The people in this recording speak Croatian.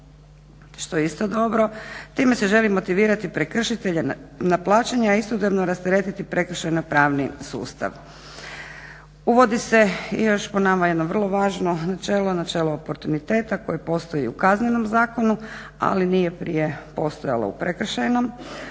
što je isto dobro. Time se želi motivirati prekršitelja na plaćanje, a istodobno rasteretiti prekršajno-pravni sustav. Uvodi se još po nama jedno vrlo načelo, načelo oportuniteta koje postoji u kaznenom zakonu, ali nije prije postojalo u prekršajnom.